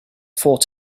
thought